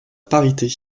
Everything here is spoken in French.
parité